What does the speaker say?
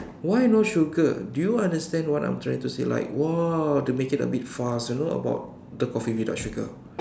why no sugar do you understand what I am trying to say like !wah! to make it a big fuss you know about the coffee without sugar